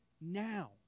now